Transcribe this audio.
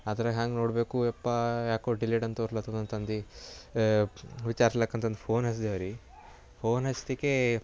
ಅದ್ರಾಗ ಹಂಗೆ ನೋಡಬೇಕು ಯಪ್ಪಾ ಯಾಕೋ ಡಿಲೇಡ್ ಅಂತ ತೋರ್ಲತದಂತಂದು ವಿಚಾರ್ಸ್ಲಕ್ಕ ಅಂತಂದು ಫೋನ್ ಹಚ್ದೇವು ರೀ ಫೋನ್ ಹಚ್ತಿಕೆ